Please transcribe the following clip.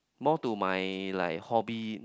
more to my like hobby